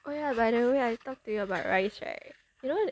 oh ya by the way I talk to you about Rise right you know